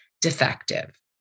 defective